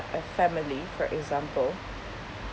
a family for example